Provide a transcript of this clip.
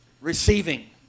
receiving